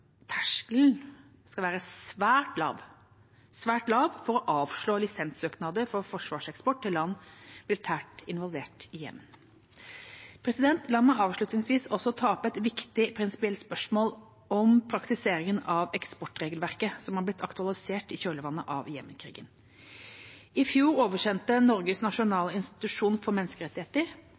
terskelen skal være svært lav – svært lav – for å avslå lisenssøknader for forsvarseksport til land militært involvert i Jemen. La meg avslutningsvis også ta opp et viktig prinsipielt spørsmål om praktiseringen av eksportregelverket, som har blitt aktualisert i kjølvannet av Jemen-krigen. I fjor oversendte Norges nasjonale institusjon for menneskerettigheter,